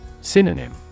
Synonym